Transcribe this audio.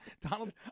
Donald